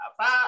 Five